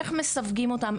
איך מסווגים אותם,